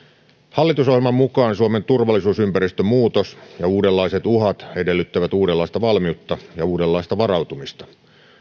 hallitusohjelman mukaan suomen turvallisuusympäristön muutos ja uudenlaiset uhat edellyttävät uudenlaista valmiutta ja uudenlaista varautumista